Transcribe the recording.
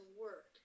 work